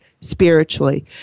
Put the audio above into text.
spiritually